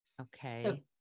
Okay